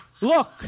Look